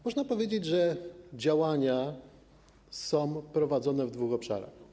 Można powiedzieć, że działania są prowadzone w dwóch obszarach.